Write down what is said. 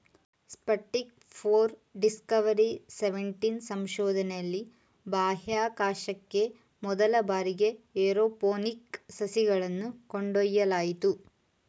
Sputnik four, Discovery seventeen ಸಂಶೋಧನೆಯಲ್ಲಿ ಬಾಹ್ಯಾಕಾಶಕ್ಕೆ ಮೊದಲ ಬಾರಿಗೆ ಏರೋಪೋನಿಕ್ ಸಸಿಗಳನ್ನು ಕೊಂಡೊಯ್ಯಲಾಯಿತು